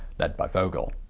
led by vogel.